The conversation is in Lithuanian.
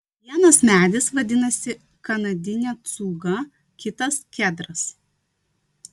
vienas medis vadinasi kanadinė cūga kitas kedras